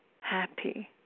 happy